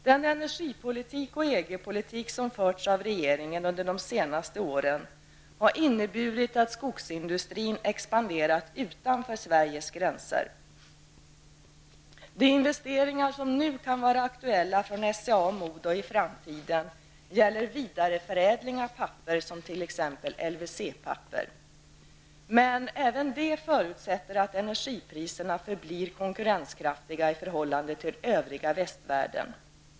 Den energipolitik och EG-politik som förts av regeringen under de senaste åren har inneburit att skogsindustrin expanderat utanför Sveriges gränser. De investeringar som kan vara realistiska från SCA och MODO i framtiden gäller vidareförädling av papper som t.ex. LVC-papper. Men det förutsätter att energipriserna förblir konkurrenskraftiga i förhållande till övriga västvärlden.